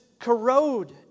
corrode